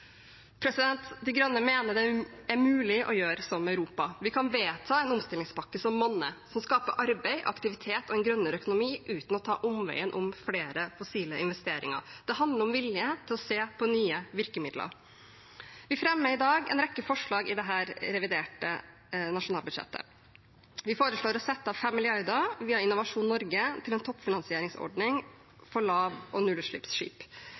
De Grønne mener det er mulig å gjøre som Europa. Vi kan vedta en omstillingspakke som monner, som skaper arbeid, aktivitet og en grønnere økonomi, uten å ta omveien om flere fossile investeringer. Det handler om vilje til se på nye virkemidler. Vi fremmer i dag en rekke forslag til dette reviderte nasjonalbudsjettet. Vi foreslår å sette av 5 mrd. kr via Innovasjon Norge til en toppfinansieringsordning for lav- og nullutslippsskip.